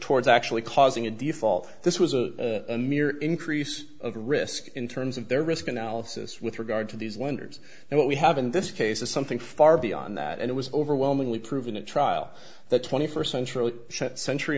towards actually causing a default this was a mere increase of risk in terms of their risk analysis with regard to these lenders and what we have in this case is something far beyond that and it was overwhelmingly proving a trial that twenty first century century